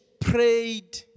prayed